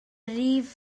rif